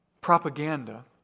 propaganda